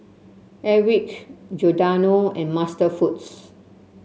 Airwick Giordano and MasterFoods